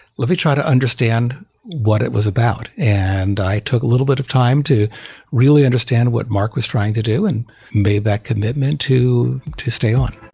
let me try to understand what it was about. and i took a little bit of time to really understand what mark was trying to do and made that commitment to to stay on